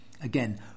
Again